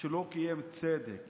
שלא קיים צדק